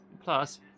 Plus